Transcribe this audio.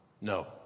no